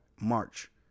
March